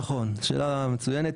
נכון, שאלה מצוינת.